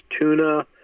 tuna